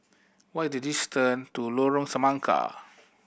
what is the distance to Lorong Semangka